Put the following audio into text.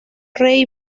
rey